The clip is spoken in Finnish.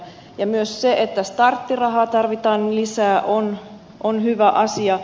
ja myös se että starttirahaa tarvitaan lisää on hyvä asia